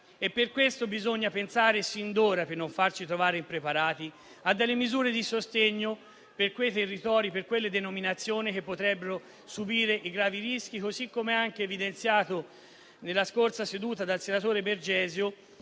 Per questo bisogna pensare sin d'ora, per non farci trovare impreparati, a delle misure di sostegno per quei territori e per quelle denominazioni che potrebbero subire gravi rischi, così come anche evidenziato nella scorsa seduta dal senatore Bergesio,